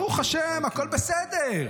ברוך השם, הכול בסדר.